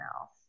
else